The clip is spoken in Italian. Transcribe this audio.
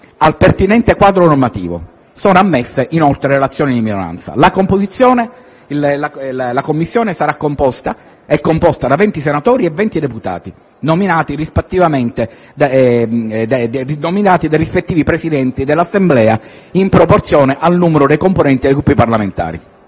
al pertinente quadro normativo. Sono ammesse inoltre relazioni di minoranza. La Commissione è composta da venti senatori e da venti deputati, nominati dai rispettivi Presidenti dell'Assemblea in proporzione al numero dei componenti dei Gruppi parlamentari.